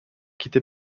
quitté